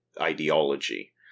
ideology